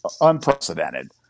unprecedented